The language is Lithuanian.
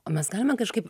o mes galime kažkaip